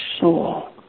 soul